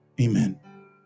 Amen